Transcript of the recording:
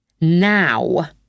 Now